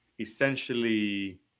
essentially